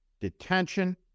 detention